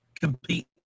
compete